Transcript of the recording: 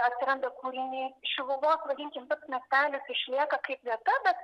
atsiranda kūriniai šiluvos vadinkim tas miestelis išlieka kaip vieta bet